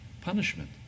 punishment